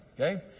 Okay